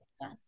Yes